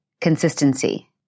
consistency